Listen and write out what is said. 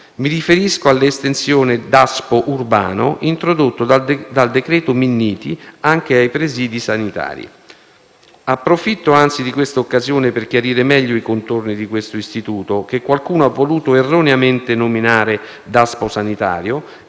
Mi riferisco all'estensione del Daspo urbano introdotto dal cosiddetto decreto Minniti, anche ai presidi sanitari. Approfitto, anzi, di questa occasione per chiarire meglio i contorni di questo istituto che qualcuno ha voluto erroneamente nominare Daspo sanitario,